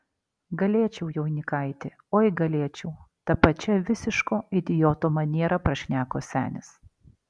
galėčiau jaunikaiti oi galėčiau ta pačia visiško idioto maniera prašneko senis